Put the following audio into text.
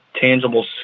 tangible